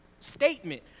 statement